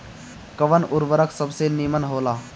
कवन उर्वरक सबसे नीमन होला?